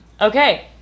Okay